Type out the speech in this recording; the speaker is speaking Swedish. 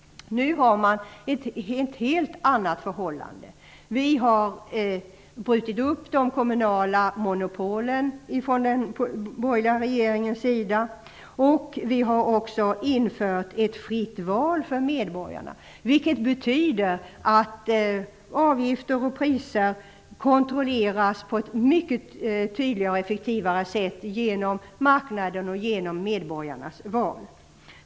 Nu är förhållandet ett helt annat. Den borgerliga regeringen har brutit upp de kommunala monopolen. Vi har också infört ett fritt val för medborgarna. Det betyder att avgifter och priser kontrolleras på ett mycket tydligare och effektivare sätt genom marknaden och genom medborgarnas val.